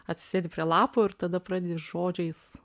atsisėdi prie lapo ir tada pradedi žodžiais